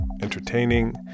entertaining